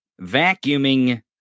vacuuming